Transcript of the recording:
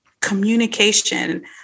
communication